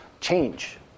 change